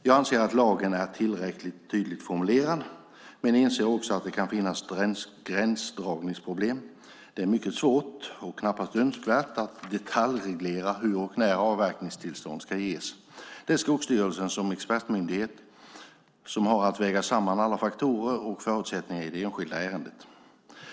Jag anser att lagen är tillräckligt tydligt formulerad, men inser att det kan finnas gränsdragningsproblem. Det är mycket svårt - och knappast önskvärt - att detaljreglera hur och när avverkningstillstånd ska ges. Det är Skogsstyrelsen som expertmyndighet som har att väga samman alla faktorer och förutsättningar i det enskilda ärendet.